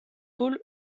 paul